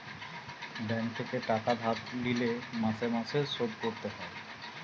bank থেকে টাকা ধার লিলে মাসে মাসে শোধ করতে হয়